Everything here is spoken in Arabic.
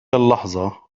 اللحظة